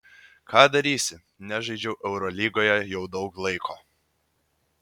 ką darysi nežaidžiau eurolygoje jau daug laiko